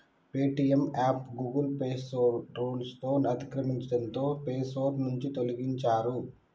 Paytm app Google play store rules ని అతిక్రమించడంతో play store నుంచి తొలగించారు